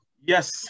Yes